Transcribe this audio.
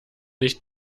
nicht